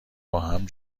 باهم